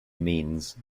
means